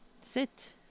Sit